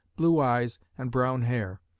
blue eyes and brown hair.